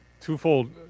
Twofold